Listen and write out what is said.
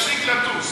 נפסיק לטוס.